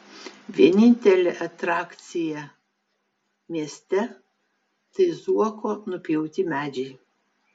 vienintelė atrakcija mieste tai zuoko nupjauti medžiai